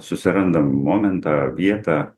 susirandam momentą vietą